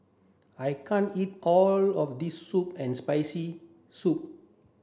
I can't eat all of this sour and spicy soup